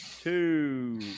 two